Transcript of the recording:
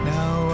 Now